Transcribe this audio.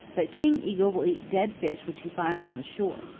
but king eagle will eat dead fish which he finds on the shore.